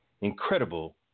Incredible